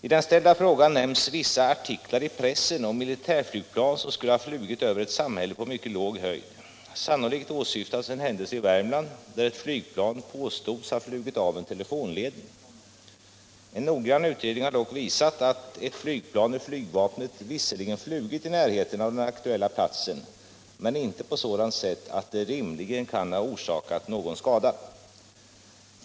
I den ställda frågan nämns vissa artiklar i pressen om militärflygplan som skulle ha flugit över ett samhälle på mycket låg höjd. Sannolikt åsyftas en händelse i Värmland där ett flygplan påstods ha flugit av en telefonledning. En noggrann utredning har dock visat att ett flygplan ur flygvapnet visserligen flugit i närheten av den aktuella platsen, men inte på sådant sätt att det rimligen kan ha orsakat någon skada.